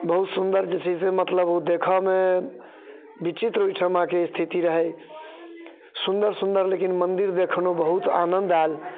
बहुत सुन्दर जे छै से मतलब ओ देखयमे विचित्र ओहिठमाके स्थिति रहै सुन्दर सुन्दर लेकिन मन्दिर देखलहुँ बहुत आनन्द आयल